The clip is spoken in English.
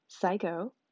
Psycho